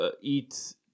eat